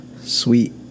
sweet